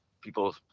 people